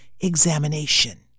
examination